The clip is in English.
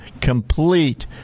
complete